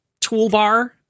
toolbar